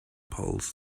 polls